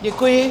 Děkuji.